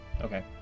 Okay